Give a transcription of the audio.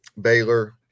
Baylor